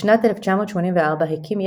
בשנת 1984 הקים,